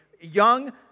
young